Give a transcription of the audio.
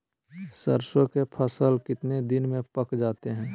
सरसों के फसल कितने दिन में पक जाते है?